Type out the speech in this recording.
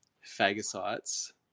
phagocytes